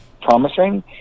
promising